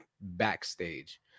backstage